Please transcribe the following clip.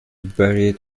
buried